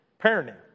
Parenting